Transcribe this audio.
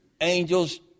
angels